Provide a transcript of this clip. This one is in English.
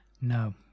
No